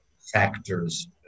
factors